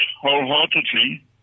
wholeheartedly